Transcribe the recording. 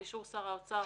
באישור שר האוצר